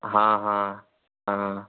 हाँ हाँ हाँ